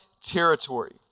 territory